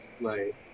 Right